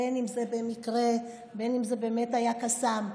בין שזה במקרה, בין שזה באמת היה קסאם,